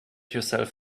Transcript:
yourself